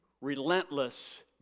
relentless